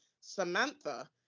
Samantha